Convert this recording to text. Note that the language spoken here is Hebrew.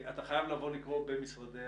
אתה חייב לבוא לקרוא במשרדים.